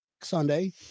Sunday